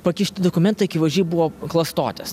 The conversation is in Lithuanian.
pakišti dokumentai akivaizdžiai buvo klastotės